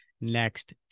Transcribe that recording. next